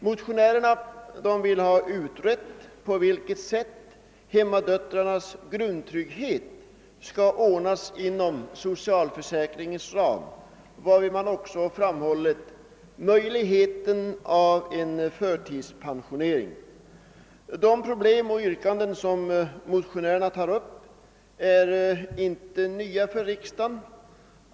Motionärerna vill utreda på vilket sätt hemmadöttrarnas grundtrygghet skall kunna ordnas inom socialförsäkringens ram. Därvid har de också fram hållit möjligheten av en förtidspensionering. De problem och yrkanden som motionärerna tar upp är inte nya för riksdagen.